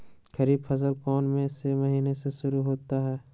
खरीफ फसल कौन में से महीने से शुरू होता है?